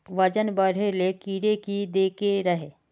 वजन बढे ले कीड़े की देके रहे?